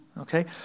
okay